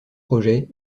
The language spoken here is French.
projets